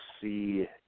see